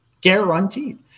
guaranteed